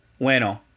bueno